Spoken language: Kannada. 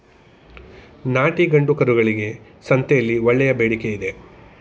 ನಾಟಿ ಗಂಡು ಕರುಗಳಿಗೆ ಸಂತೆಯಲ್ಲಿ ಒಳ್ಳೆಯ ಬೇಡಿಕೆಯಿದೆ